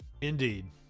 Indeed